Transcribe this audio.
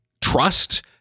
trust